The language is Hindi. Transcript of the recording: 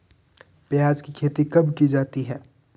प्याज़ की खेती कब की जाती है?